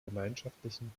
gemeinschaftlichen